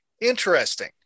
Interesting